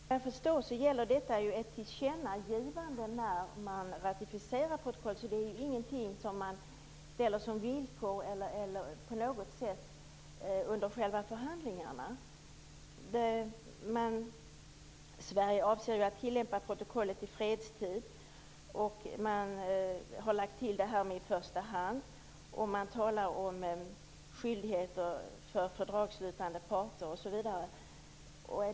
Fru talman! Såvitt jag förstår gäller detta ett tillkännagivande när man ratificerar protokollet. Det är ingenting som man ställer som villkor på något sätt under själva förhandlingarna. Sverige avser ju att tillämpa protokollet i fredstid. Man har lagt till detta med "i första hand", och man talar om skyldigheter för fördragsslutande parter, osv.